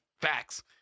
Facts